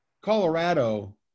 Colorado